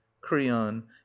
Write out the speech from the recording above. creon